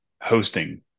hosting